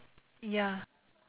ya